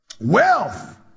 wealth